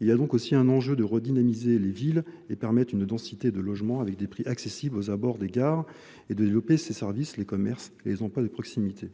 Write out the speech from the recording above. Il y a donc aussi un enjeu de redynamiser les villes et permettre une densité de logements avec des prix accessibles aux abords des gares et de développer ces services, les commerces et les emplois de proximité,